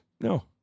No